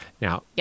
Now